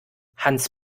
hans